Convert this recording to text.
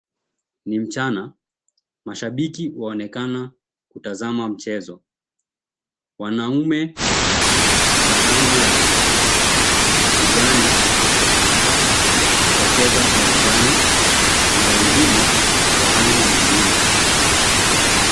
Ni mchana mashabiki waonekana kutazama mchezo, wanaume wa rangi ya kijani wacheza uwanjani na wengine wa rangi nyingine.